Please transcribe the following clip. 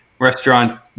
Restaurant